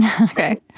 Okay